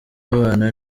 babana